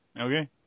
Okay